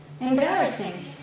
Embarrassing